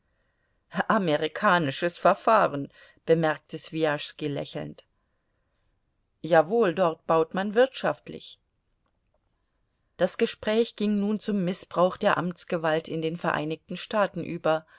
amerikanisches verfahren bemerkte swijaschski lächelnd jawohl dort baut man wirtschaftlich das gespräch ging nun zum mißbrauch der amtsgewalt in den vereinigten staaten über